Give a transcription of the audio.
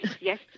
yes